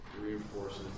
reinforces